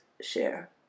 share